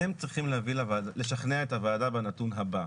אתם צריכים לשכנע את הוועדה בנתון הבא: